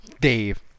Dave